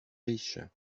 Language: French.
riche